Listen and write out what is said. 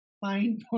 fine